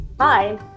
Hi